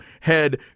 head